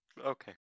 okay